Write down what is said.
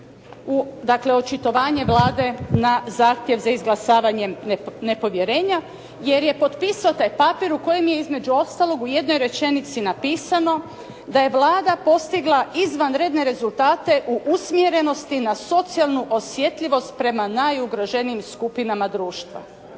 dakle očitovanje Vlade na zahtjev za izglasavanjem nepovjerenja jer je potpisao taj papir u kojem je između ostalog u jednoj rečenici napisano da je Vlada postigla izvanredne rezultate u usmjerenosti na socijalnu osjetljivost prema najugroženijim skupinama društva.